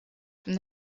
from